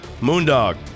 Moondog